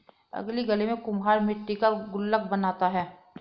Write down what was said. अगली गली में कुम्हार मट्टी का गुल्लक बनाता है